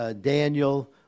Daniel